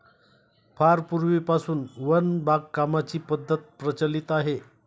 फार पूर्वीपासून वन बागकामाची पद्धत प्रचलित आहे